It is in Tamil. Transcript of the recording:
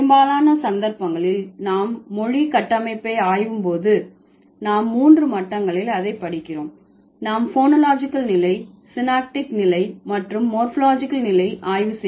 பெரும்பாலான சந்தர்ப்பங்களில் நாம் மொழி கட்டமைப்பை ஆய்வு போது நாம் மூன்று மட்டங்களில் அதை படிக்க நாம் போனோலாஜிகல் நிலை சினாக்டிக் நிலை மற்றும் மோர்பாலஜிகல் நிலை ஆய்வு